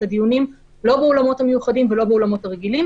הדיונים לא באולמות המיוחדים ולא באולמות הרגילים.